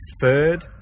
third